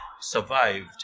survived